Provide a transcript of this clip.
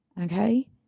Okay